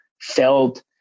felt